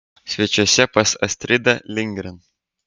svečiuose pas astridą lindgren